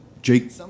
Jake